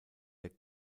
der